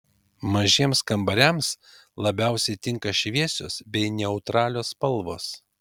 mažiems kambariams labiausiai tinka šviesios bei neutralios spalvos